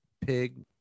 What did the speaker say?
pig